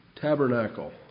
tabernacle